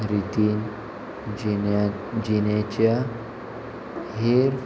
रितीन जिन्या जिणेच्या हेर